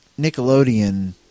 Nickelodeon